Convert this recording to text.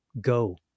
go